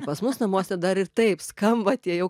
pas mus namuose dar ir taip skamba tie jau